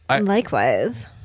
Likewise